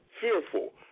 fearful